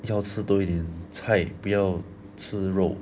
要吃多一点菜不要吃肉